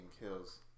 kills